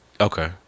Okay